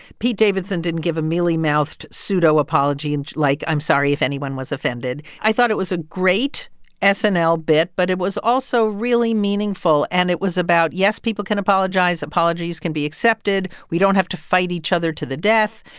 pete davidson didn't give a mealy-mouthed pseudo-apology, and like, i'm sorry if anyone was offended. i thought it was a great snl bit. but it was also really meaningful. and it was about, yes, people can apologize. apologies can be accepted. we don't have to fight each other to the death.